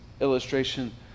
illustration